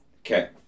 Okay